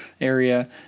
area